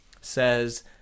says